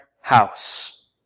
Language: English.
house